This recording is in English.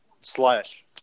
Slash